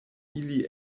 ili